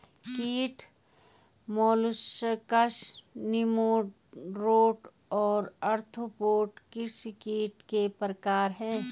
कीट molluscs nematode और arthropoda कृषि कीट के प्रकार हैं